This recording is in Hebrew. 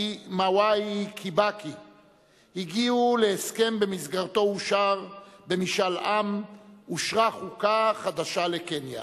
מוואי קיבקי להסכם שבמסגרתו אושרה במשאל עם חוקה חדשה לקניה.